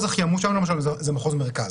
המחוז הכי עמוס שלנו למשל זה מחוז מרכז.